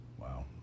Wow